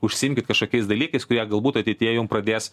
užsiimkit kažkokiais dalykais kurie galbūt ateityje jum pradės